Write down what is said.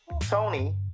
Tony